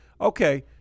okay